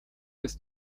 ist